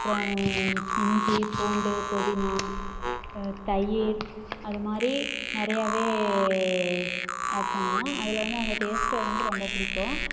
அப்புறம் இஞ்சி பூண்டு புதினா தயிர் அது மாதிரி நிறையாவே ஆட் பண்ணுவோம் அதில் வந்து அந்த டேஸ்ட்டு வந்து ரொம்ப பிடிக்கும்